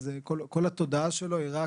כל התודעה שלו היא רק